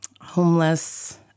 homeless